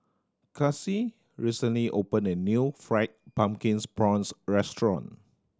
Kaci recently opened a new Fried Pumpkin Prawns restaurant